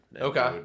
okay